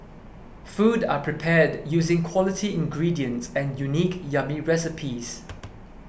food are prepared using quality ingredients and unique yummy recipes